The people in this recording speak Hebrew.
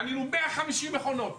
קנינו 150 מכונות.